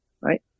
Right